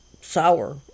sour